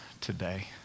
today